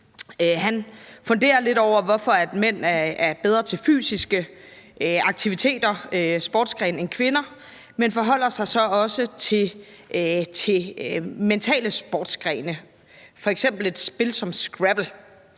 Han funderer lidt over, hvorfor mænd er bedre til fysiske aktiviteter som sportsgrene end kvinder, men forholder sig så også til mentale sportsgrene, f.eks. et spil som Scrabble,